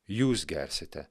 jūs gersite